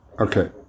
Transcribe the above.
Okay